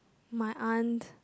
my aunt